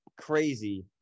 crazy